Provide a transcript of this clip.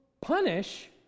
punish